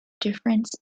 difference